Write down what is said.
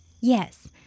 Yes